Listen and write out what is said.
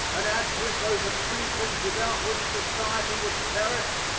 and add to it those accretions without which society would perish,